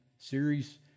series